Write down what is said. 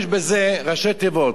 יש בזה ראשי תיבות,